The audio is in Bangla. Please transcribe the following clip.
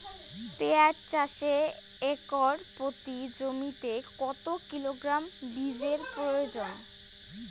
পেঁয়াজ চাষে একর প্রতি জমিতে কত কিলোগ্রাম বীজের প্রয়োজন?